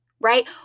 right